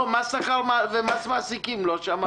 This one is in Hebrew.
לא, על מס שכר ומס מעסיקים לא שמענו.